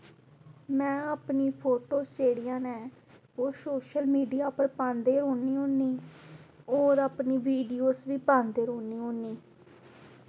में अपनी फोटो जेह्ड़ियां न ओह् सोशल मीडिया पर पांदे ऐ नी होर अपनी वीडियोज़ बी पांदी रौह्नी होन्नी